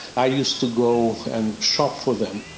i used to go and shop for them.